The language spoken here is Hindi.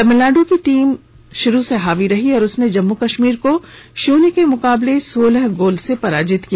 तमिलनाड की टीम शुरू से ही हावी रही और उसने जम्मू कश्मीर को शून्य के मुकाबले सोलह गोल से पराजित किया